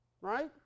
right